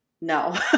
No